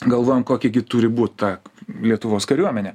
galvojam koki gi turi būt ta lietuvos kariuomenė